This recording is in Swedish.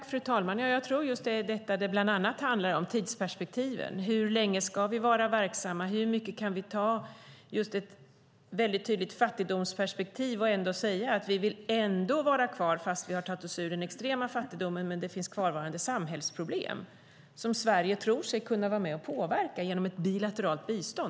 Fru talman! Jag tror att det handlar bland annat om tidsperspektiven. Hur länge ska vi vara verksamma? I hur stor utsträckning kan vi ha ett tydligt fattigdomsperspektiv och ändå säga att vi vill vara kvar trots att man har tagit sig ur den extrema fattigdomen men att det fortfarande finns kvarvarande samhällsproblem som Sverige tror sig kunna vara med och påverka genom ett bilateralt bistånd?